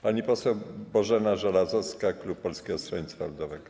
Pani poseł Bożena Żelazowska, klub Polskiego Stronnictwa Ludowego.